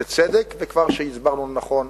זה צדק, וכבר הסברנו, נכון,